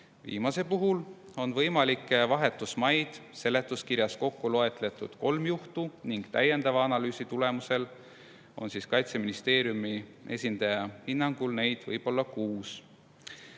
Viimase puhul on võimalikke vahetusmaid seletuskirjas kokku loetletud kolm, kuid täiendava analüüsi põhjal võib Kaitseministeeriumi esindaja hinnangul neid olla kuus.